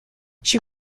she